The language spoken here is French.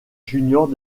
juniors